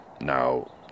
Now